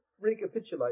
recapitulate